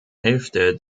hälfte